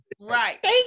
Right